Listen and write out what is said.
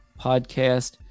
podcast